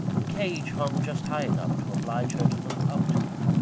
the cage hung just high enough to oblige her to look up to it.